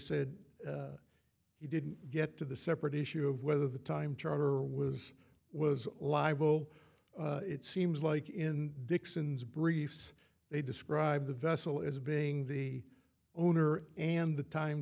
he didn't get to the separate issue of whether the time charter was was libel it seems like in dixons briefs they describe the vessel as being the owner and the time